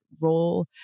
role